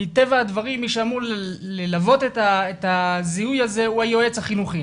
מטבע הדברים מי שאמור ללוות את הזיהוי הזה הוא היועץ החינוכי,